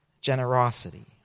generosity